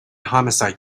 homicide